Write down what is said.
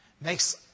makes